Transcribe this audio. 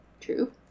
True